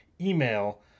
email